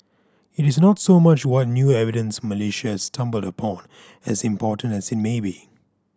it is not so much what new evidence Malaysia has stumbled upon as important as it may be